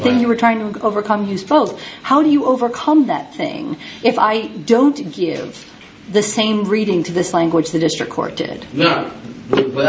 thing you were trying to overcome his fault how do you overcome that thing if i don't give the same reading to this language the district court did not but